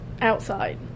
outside